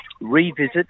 revisit